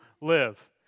live